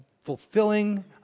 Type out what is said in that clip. fulfilling